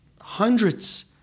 hundreds